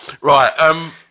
Right